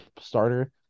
starter